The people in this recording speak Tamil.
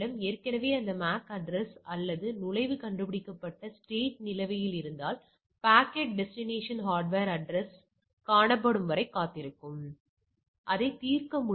எனவே நமது இன்மை கருதுகோள் இவ்வாறாக இருக்கும் பெறப்பட்ட மற்றும் எதிர்பார்க்கப்பட்ட இந்த இரண்டிற்கும் எந்த வித்தியாசமும் இல்லை